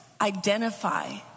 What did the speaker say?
identify